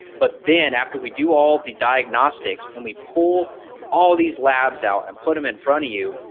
but then after we do all the diagnostics and we pull all these labs out and put them in front of you,